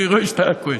אני רואה שאתה כועס.